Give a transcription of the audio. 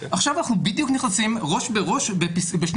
עכשיו אנחנו בדיוק נכנסים ראש בראש בשני